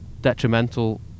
detrimental